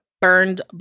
burned